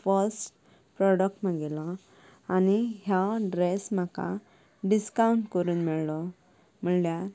first product मगेलो आ आनी ह्या ड्रेस म्हाका डिस्कावंट करून मेळलो म्हणल्यार